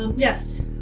yes.